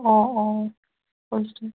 অঁ অঁ কৈছে